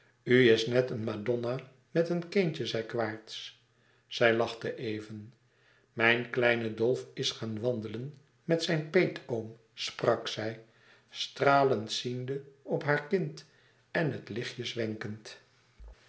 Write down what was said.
is net een madonna met een kindje zei quaerts mijn kleine dolf is gaan wandelen met zijn peetoom sprak zij stralend ziende op haar kind en het lichtjes wenkend